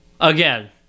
Again